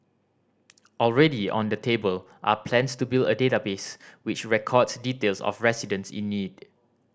already on the table are plans to build a database which records details of residents in need